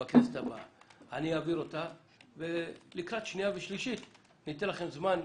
בכנסת ולקראת הקריאה שנייה ושלישית ניתן לכם זמן לתקן.